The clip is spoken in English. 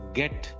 get